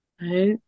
right